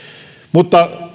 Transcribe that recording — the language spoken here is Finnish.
mutta